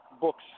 books